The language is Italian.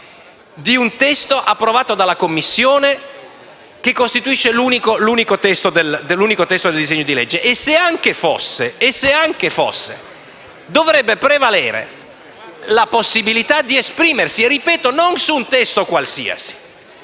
di un testo approvato dalla Commissione, quale unico testo del disegno di legge. Se anche fosse, dovrebbe prevalere la possibilità di esprimersi non su un testo qualsiasi